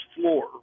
floor